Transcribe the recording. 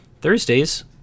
thursdays